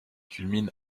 culmine